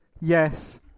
yes